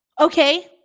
Okay